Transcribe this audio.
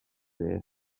ear